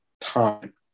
time